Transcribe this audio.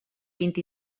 vint